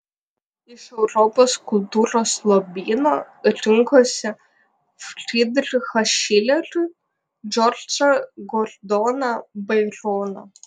iš europos kultūros lobyno rinkosi fridrichą šilerį džordžą gordoną baironą